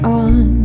on